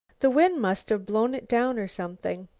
the wind must have blown it down, or something.